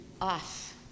off